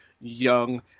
young